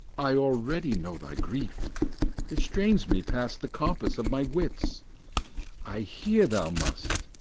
i already know thy grief it strains me past the compass of my wits i hear thou must,